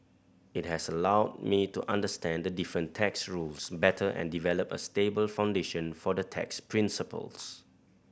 it has allowed me to understand the different tax rules better and develop a stable foundation for the tax principles